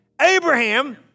Abraham